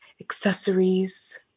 accessories